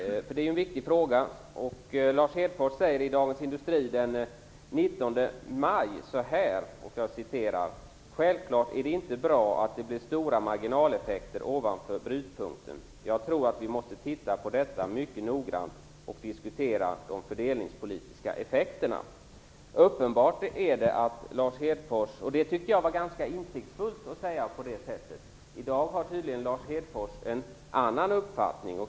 Det är en viktig fråga. I Dagens Industri den 19 maj uttalar Lars Hedfors: "Självklart är det inte bra att det blir stora marginaleffekter ovanför brytpunkten. Jag tror att vi måste titta på detta mycket noggrant och diskutera de fördelningspolitiska effekterna." Det tyckte jag var ganska insiktsfullt sagt. I dag har Lars Hedfors tydligen en annan uppfattning.